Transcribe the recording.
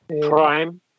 Prime